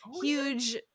huge